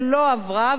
שלא עברה,